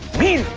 me,